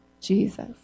Jesus